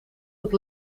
het